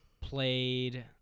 played